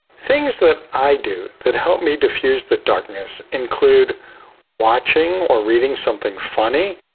things that i do that helped me diffuse the darkness include watching or reading something funny,